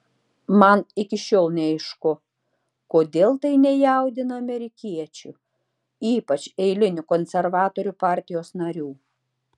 man iki šiol neaišku kodėl tai nejaudina amerikiečių ypač eilinių konservatorių partijos narių